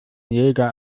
jäger